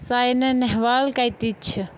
ساینا نہوال کَتِچ چِھ